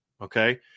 okay